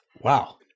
Wow